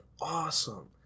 awesome